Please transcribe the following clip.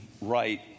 right